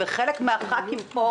וחלק מהח"כים פה,